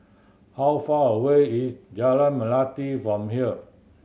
how far away is Jalan Melati from here